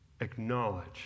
acknowledge